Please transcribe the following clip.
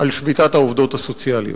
על שביתת העובדות הסוציאליות.